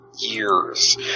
years